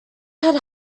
had